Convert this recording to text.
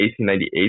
1898